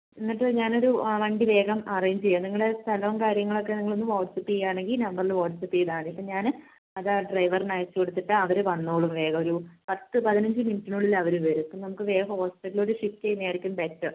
എന്നിട്ട് ഞാൻ ഒരു ആ വണ്ടി വേഗം അറേഞ്ച് ചെയ്യാം നിങ്ങൾ സ്ഥലവും കാര്യവും നിങ്ങൾ ഒന്ന് വാട്ട്സ്ആപ്പ് ചെയ്യുവാണെങ്കിൽ ഈ നമ്പറിൽ വാട്ട്സ്ആപ്പ് ചെയ്താൽ മതി അപ്പം ഞാൻ അത് ആ ഡ്രൈവറിന് അയച്ചുകൊടുത്തിട്ട് അവർ വന്നോളും വേഗം ഒരു പത്ത് പതിനഞ്ച് മിനിറ്റിനുള്ളിൽ അവർ വരും അപ്പം നമുക്ക് വേഗം ഹോസ്പിറ്റലിലോട്ട് ഷിഫ്റ്റ് ചെയ്യുന്നയായിരിക്കും ബെറ്റർ